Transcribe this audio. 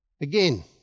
Again